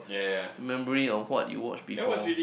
memory on what you watch before